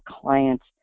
clients